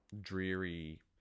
dreary